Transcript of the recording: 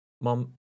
Mom